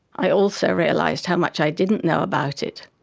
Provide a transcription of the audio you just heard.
i also realized how much i didn't know about it.